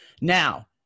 Now